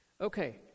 Okay